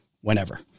whenever